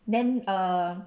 then err